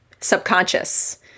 subconscious